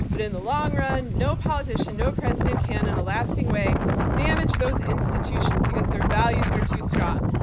but in the long run, no politician, no president can in a lasting way damage those institutions, because their values are too strong.